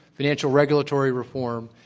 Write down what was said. financial regulatory reform,